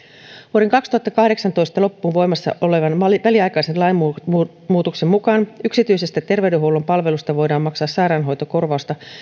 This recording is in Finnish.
vuoden kaksituhattakahdeksantoista loppuun voimassa olevan väliaikaisen lainmuutoksen mukaan yksityisestä terveydenhuollon palvelusta voidaan maksaa sairaanhoitokorvausta